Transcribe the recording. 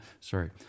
sorry